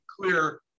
clear